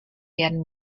werden